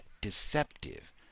deceptive